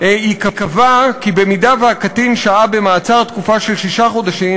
ייקבע כי במידה שהקטין שהה במעצר תקופה של שישה חודשים,